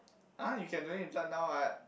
ah you can donate blood now what